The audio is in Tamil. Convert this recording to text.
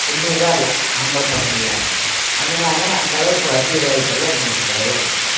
பொண்ணுக தான் எல்லாம் ஆம்பளை பசங்க இல்லாம் அதுனால அந்தளவுக்கு வசதி வாய்ப்பெல்லாம் நம்மளுக்கு கிடையாதப்பா